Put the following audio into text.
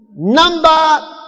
Number